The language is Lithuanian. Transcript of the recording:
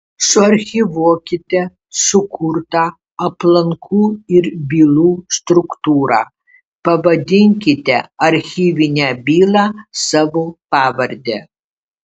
suarchyvuokite sukurtą aplankų ir bylų struktūrą pavadinkite archyvinę bylą savo pavarde